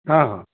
ହଁ ହଁ